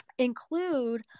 include